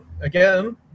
again